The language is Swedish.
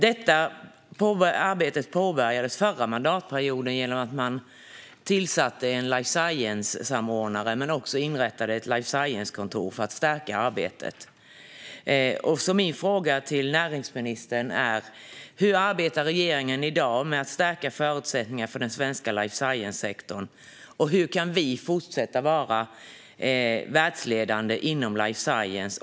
Detta arbete påbörjades förra mandatperioden genom att man tillsatte en life science-samordnare och inrättade ett life science-kontor för att stärka arbetet. Mina frågor till näringsministern är: Hur arbetar regeringen i dag med att stärka förutsättningarna för den svenska life science-sektorn? Hur kan vi fortsätta att vara världsledande inom life science?